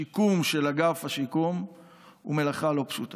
השיקום של אגף השיקום הוא מלאכה לא פשוטה,